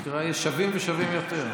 זה מה שנקרא: שווים ושווים יותר.